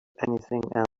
anything